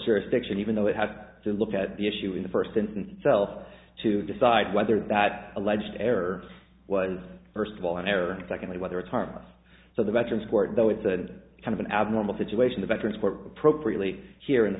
jurisdiction even though it has to look at the issue in the first instance itself to decide whether that alleged error was first of all an error secondly whether it's harmless so the veterans court though it's a kind of an abnormal situation the veterans court appropriately here in the